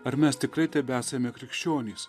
ar mes tikrai tebesame krikščionys